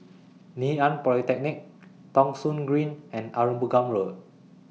Ngee Ann Polytechnic Thong Soon Green and Arumugam Road